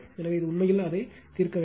எனவே இது உண்மையில் அதை தீர்க்க வேண்டும்